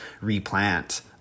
replant